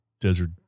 desert